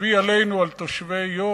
מביא עלינו, על תושבי יו"ש: